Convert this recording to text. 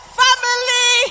family